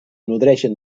nodreixen